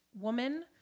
woman